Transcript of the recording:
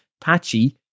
Patchy